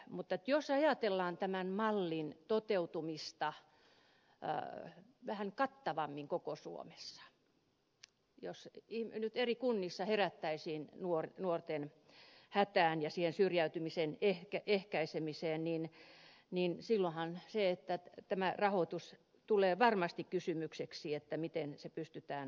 mutta jos ajatellaan tämän mallin toteutumista vähän kattavammin koko suomessa jos nyt eri kunnissa herättäisiin nuorten hätään ja siihen syrjäytymisen ehkäisemiseen niin silloinhan tämä rahoitus tulee varmasti kysymykseksi miten se pystytään toteuttamaan